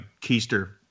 keister